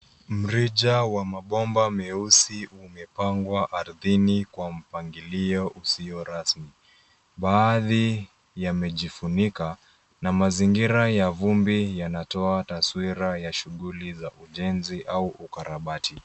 Mrija wa mabomba meusi umepangwa ardhini kwa mpangilio usio rasmi. Baadhi yamejifunika na mazingira ya vumbi yanatoa taswira ya shughuli za ujenzi au ukarabati.